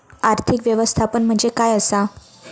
आर्थिक व्यवस्थापन म्हणजे काय असा?